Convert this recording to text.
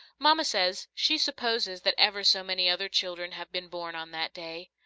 mama says she supposes that ever so many other children have been born on that day.